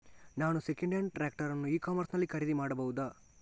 ನಾನು second hand tractor ಅನ್ನು e commerce ನಲ್ಲಿ ಖರೀದಿ ಮಾಡಬಹುದಾ?